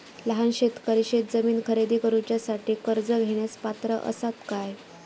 लहान शेतकरी शेतजमीन खरेदी करुच्यासाठी कर्ज घेण्यास पात्र असात काय?